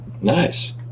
Nice